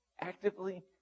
actively